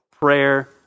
Prayer